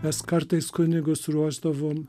mes kartais kunigus ruošdavom